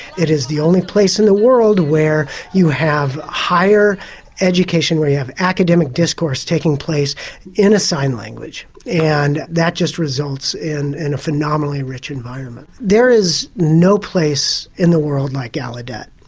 it is the only place in the world where you have higher education, where you have academic discourse taking place in a sign language and that just results in in a phenomenally rich environment. there is no place in the world like gallaudet.